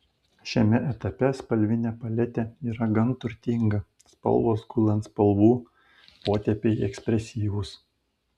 šiame etape spalvinė paletė yra gan turtinga spalvos gula ant spalvų potėpiai ekspresyvūs